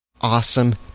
awesome